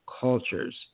cultures